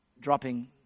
dropping